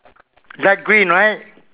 light green right